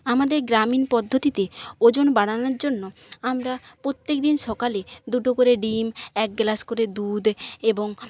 আমাদের গ্রামীণ পদ্ধতিতে ওজন বাড়ানোর জন্য আমরা প্র ত্যেক দিন সকালে দুটো করে ডিম এক গ্লাস করে দুধ এবং